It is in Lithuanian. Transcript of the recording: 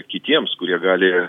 kitiems kurie gali